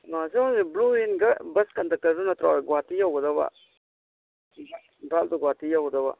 blue ꯍꯤꯟꯒ bus ꯀꯟꯗꯛꯇꯔꯗꯨ ꯅꯠꯇ꯭ꯔꯣ ꯒꯨꯍꯥꯇꯤ ꯇꯧꯒꯗꯕ ꯏꯝꯐꯥꯜ ꯇꯨ ꯒꯨꯍꯥꯇꯤ ꯌꯧꯒꯗꯕ